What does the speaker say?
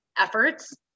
efforts